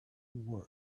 work